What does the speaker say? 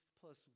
plus